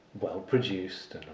well-produced